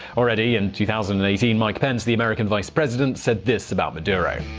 already in two thousand and eighteen, mike pence, the american vice president, said this about maduro.